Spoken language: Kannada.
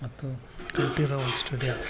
ಮತ್ತು ಕಂಠೀರವ ಸ್ಟುಡಿಯೋ